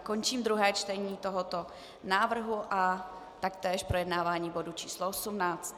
Končím druhé čtení tohoto návrhu a taktéž projednávání bodu č. 18.